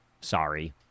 Sorry